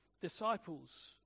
disciples